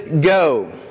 go